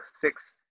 six